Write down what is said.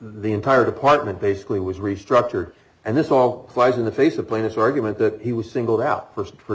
the entire department basically was restructure and this all flies in the face of plaintiff's argument that he was singled out st for